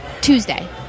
Tuesday